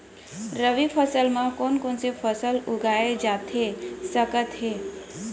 रबि फसल म कोन कोन से फसल उगाए जाथे सकत हे?